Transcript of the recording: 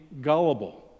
gullible